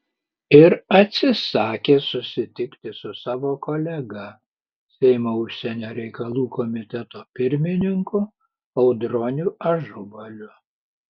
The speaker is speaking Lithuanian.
ir atsisakė susitikti su savo kolega seimo užsienio reikalų komiteto pirmininku audroniu ažubaliu